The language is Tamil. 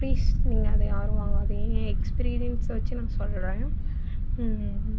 ப்ளீஸ் நீங்கள் அதை யாரும் வாங்காதீங்க என் எக்ஸ்பீரியன்ஸை வச்சு நான் சொல்கிறேன்